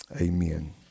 Amen